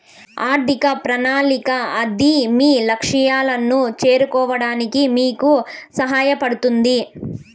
ఆర్థిక ప్రణాళిక అది మీ లక్ష్యాలను చేరుకోవడానికి మీకు సహాయపడుతుంది